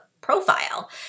profile